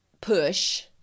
push